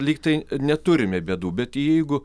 lygtai neturime bėdų bet jeigu